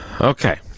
Okay